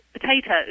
potatoes